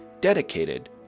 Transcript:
dedicated